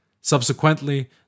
Subsequently